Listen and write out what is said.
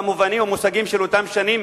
במושגים של אותם שנים,